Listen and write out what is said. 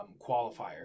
qualifier